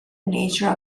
nature